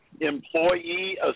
employee